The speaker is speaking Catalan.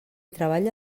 treballa